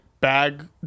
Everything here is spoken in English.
bag